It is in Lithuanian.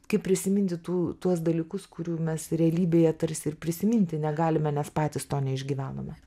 kaip prisiminti tų tuos dalykus kurių mes realybėje tarsi ir prisiminti negalime nes patys to neišgyvenome